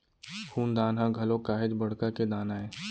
खून दान ह घलोक काहेच बड़का के दान आय